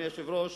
אדוני היושב-ראש,